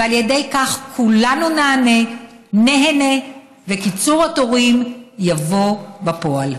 ועל ידי כך כולנו ניהנה וקיצור התורים יבוא בפועל.